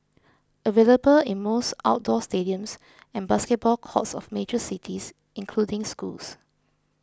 available in most outdoor stadiums and basketball courts of major cities including schools